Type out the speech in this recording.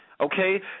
okay